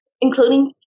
including